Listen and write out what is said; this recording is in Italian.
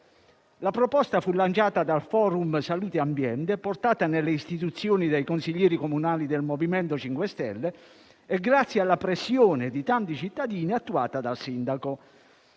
La proposta fu lanciata dal Forum salute ambiente, portata nelle istituzioni dai consiglieri comunali del MoVimento 5 Stelle e, grazie alla pressione di tanti cittadini, attuata dal sindaco.